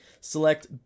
select